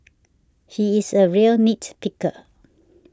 he is a real nit picker